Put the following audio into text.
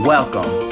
Welcome